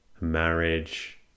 marriage